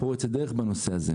פורצת דרך בנושא הזה.